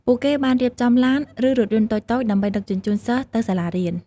ពួកគេបានរៀបចំឡានឬរថយន្តតូចៗដើម្បីដឹកជញ្ជូនសិស្សទៅសាលារៀន។